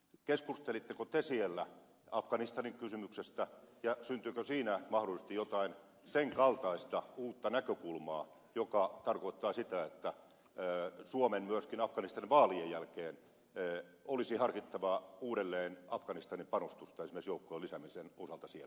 keskustelitteko te siellä afganistanin kysymyksestä ja syntyikö siinä mahdollisesti jotain sen kaltaista uutta näkökulmaa joka tarkoittaa sitä että suomen myöskin afganistanin vaalien jälkeen olisi harkittava uudelleen afganistanin panostusta esimerkiksi joukkojen lisäämisen osalta siellä